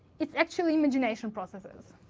it's actually imagination processes.